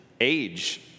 Age